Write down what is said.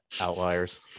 outliers